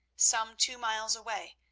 some two miles away,